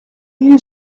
you